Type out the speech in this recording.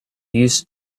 used